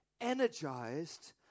energized